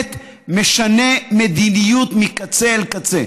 שבאמת משנה מדיניות מקצה אל קצה.